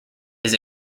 his